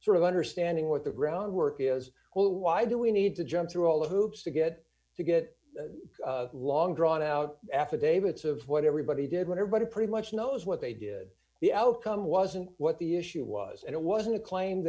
sort of understanding what the groundwork is well why do we need to jump through all the hoops to get to get long drawn out affidavits of what everybody did when everybody pretty much knows what they did the outcome wasn't what the issue was and it wasn't a claim